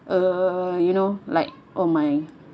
err you know like oh my